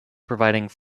providing